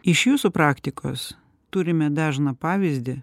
iš jūsų praktikos turime dažną pavyzdį